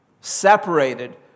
separated